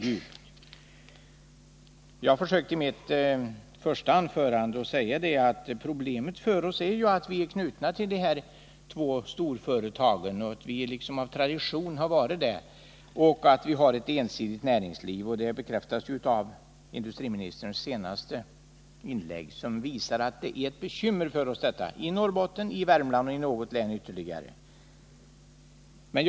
Jag försökte i mitt första anförande säga att problemet ju är att vi traditionellt är knutna till de här två storföretagen och att vi har ett ensidigt näringsliv. Denna ensidighet bekräftades också i industriministerns senaste inlägg av vilket framgick att detta är ett bekymmer i Norrbottens län, Värmlands län och i ytterligare något län.